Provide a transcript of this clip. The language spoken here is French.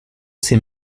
sais